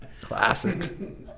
Classic